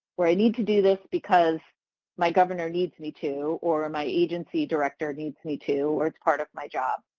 or i need to do this because my governor needs me to, or my agency director needs me to, or it's part of my job.